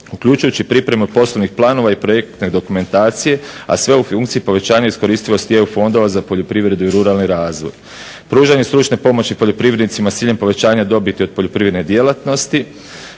uključujući i pripremu poslovnih planova i projektne dokumentacije a sve u funkciji povećanja iskoristivosti EU fondova za poljoprivredu i ruralni razvoj. Pružanje stručne pomoći poljoprivrednicima s ciljem povećanja dobiti od poljoprivredne djelatnosti,